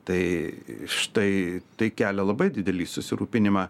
tai štai tai kelia labai didelį susirūpinimą